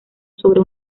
sobre